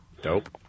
Dope